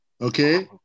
okay